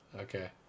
Okay